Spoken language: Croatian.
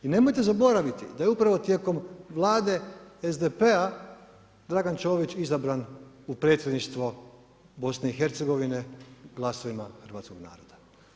I nemojte zaboraviti da je upravo tijekom Vlade SDP-a, Dragan Čović izabran u Predsjedništvo BiH-a glasovima hrvatskog naroda.